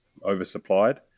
oversupplied